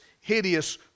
hideous